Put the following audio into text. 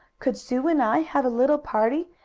could sue and i have a little party,